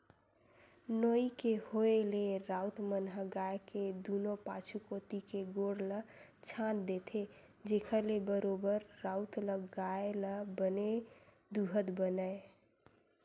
नोई के होय ले राउत मन ह गाय के दूनों पाछू कोती के गोड़ ल छांद देथे, जेखर ले बरोबर राउत ल गाय ल बने दूहत बनय